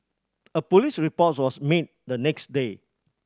a police reports was made the next day